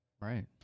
Right